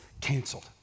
canceled